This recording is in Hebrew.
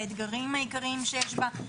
האתגרים העיקריים שיש בה,